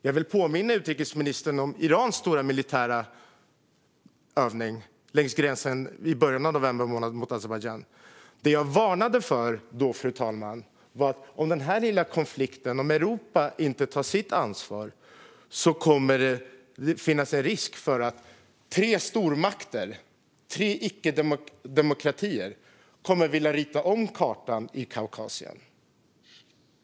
Jag vill påminna utrikesministern om Irans stora militära övning i början av november längs gränsen mot Azerbajdzjan. Det som jag då varnade för, fru talman, var att om Europa inte tar sitt ansvar i denna lilla konflikt kommer det att finnas en risk för att tre stormakter, tre icke-demokratier, kommer att vilja rita om kartan i Kaukasien.